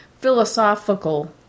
philosophical